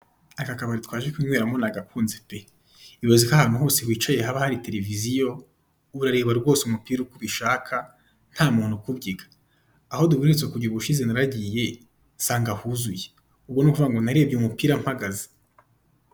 Aka kabari twaje kunyweramo nagakunze pe ibaze ko ahantu hose wicaye haba hari televiziyo urareba rwose umupira uko ubishaka nta muntu ukubyiga aho duheretse kujya ubushize naragiye nsanga huzuye ubwo ni ukuvuga ngo narebye umupira mpagaze.